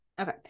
Okay